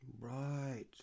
Right